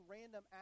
random